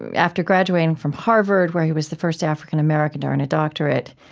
after graduating from harvard, where he was the first african american to earn a doctorate,